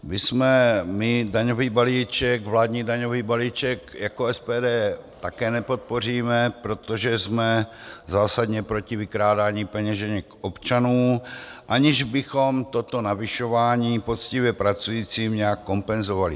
My jsme daňový balíček, vládní daňový balíček, jako SPD také nepodpoříme, protože jsme zásadně proti vykrádání peněženek občanů, aniž bychom toto navyšování poctivě pracujícím nějak kompenzovali.